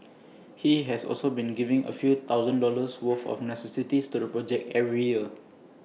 he has also been giving A few thousand dollars worth of necessities to the project every year